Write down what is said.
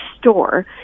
store